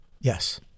Yes